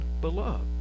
beloved